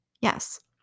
Yes